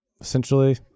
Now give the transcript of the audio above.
essentially